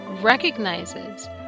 recognizes